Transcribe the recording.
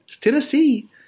Tennessee